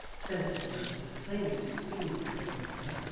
sensible that she was plainly to be seen by him, however,